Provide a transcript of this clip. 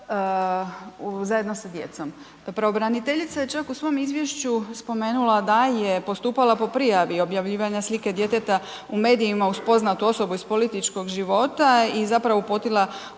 zajedno sa djecom. Pravobraniteljica je čak u svom izvješću spomenula da je postupala po prijavi objavljivanja slike djeteta u medijima uz poznatu osobu iz političkog života i zapravo uputila upozorenje,